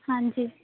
ਹਾਂਜੀ